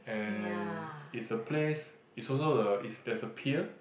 and is a place is also a is there's a pier